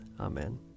Amen